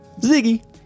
Ziggy